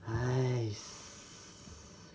!hais!